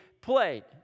played